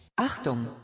Achtung